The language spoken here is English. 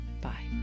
Bye